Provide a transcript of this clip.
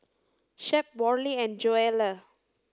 Shep Worley and Joelle